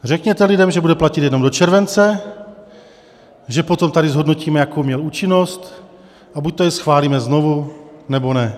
Řekněte lidem, že bude platit jenom do července, že potom tady zhodnotíme, jakou měl účinnosti, a buď jej schválíme znovu, nebo ne.